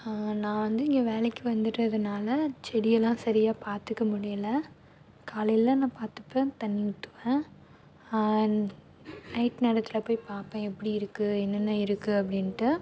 நான் வந்து இங்கே வேலைக்கு வந்துடுறதுனால செடியெல்லாம் சரியாக பார்த்துக்க முடியலை காலையில் நான் பார்த்துப்பேன் தண்ணி ஊற்றுவேன் நைட்டு நேரத்தில் போய் பார்ப்பேன் எப்படியிருக்கு என்னென்ன இருக்குது அப்படின்ட்டு